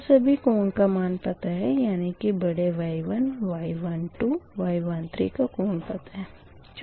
और सभी कोण का मान पता है यानी कि बड़े Y11 Y12 Y13 के कोण पता है